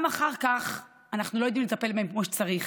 גם אחר כך, אנחנו לא יודעים לטפל בהם כמו שצריך.